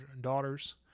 daughters